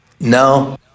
no